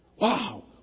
Wow